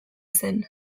zen